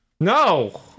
No